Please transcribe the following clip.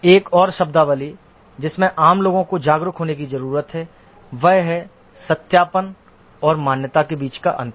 एक और शब्दावली जिसमें आम लोगों को जागरूक होने की जरूरत है वह है सत्यापन और मान्यता के बीच का अंतर